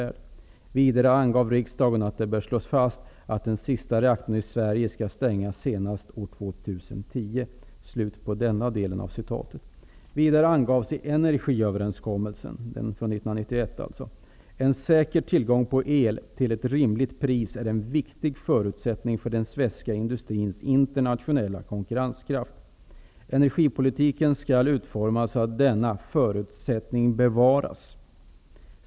Vidare angav riksdagen att det bör slås fast att den sista reaktorn i Sverige skall stängas senast år 2010.'' ''En säker tillgång på el till ett rimligt pris är en viktig förutsättning för den svenska industrins internationella konkurrenskraft. Energipolitiken skall utformas så att denna förutsättning bevaras.